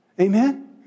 Amen